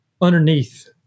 underneath